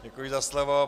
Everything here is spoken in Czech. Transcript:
Děkuji za slovo.